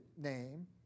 name